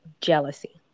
jealousy